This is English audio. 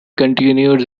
continued